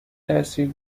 تاثیر